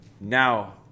now